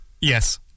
Yes